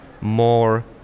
more